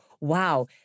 wow